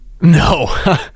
No